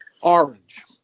Orange